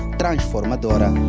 transformadora